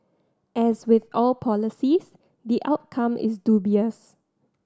as with all policies the outcome is dubious